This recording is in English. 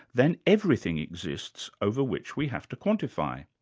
then everything exists over which we have to quantify.